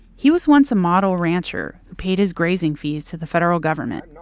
he was once a model rancher, paid his grazing fees to the federal government,